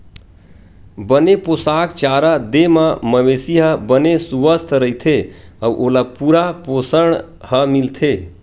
बने पोसक चारा दे म मवेशी ह बने सुवस्थ रहिथे अउ ओला पूरा पोसण ह मिलथे